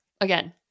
again